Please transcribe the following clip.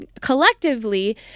collectively